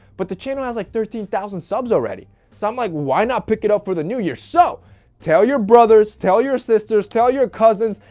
but the channel has like thirteen thousand subs already, so i'm like why not pick it up for the new year? so tell your brothers, tell your sisters, tell your cousin's,